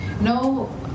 No